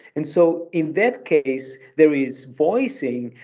and so in that case, there is voicing,